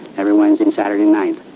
everyone's in saturday night.